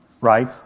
right